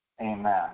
Amen